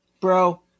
Bro